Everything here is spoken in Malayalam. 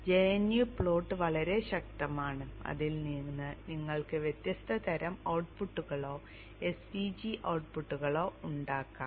gnu പ്ലോട്ട് വളരെ ശക്തമാണ് അതിൽ നിന്ന് നിങ്ങൾക്ക് വ്യത്യസ്ത തരം ഔട്ട്പുട്ടുകളോ svg ഔട്ട്പുട്ടുകളോ ഉണ്ടാകാം